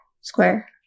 Square